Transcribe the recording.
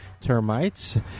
termites